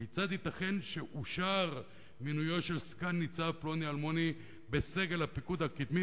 כיצד ייתכן שאושר מינויו של סגן-ניצב פלוני-אלמוני בסגל הפיקוד הקדמי,